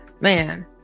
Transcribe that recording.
man